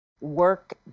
work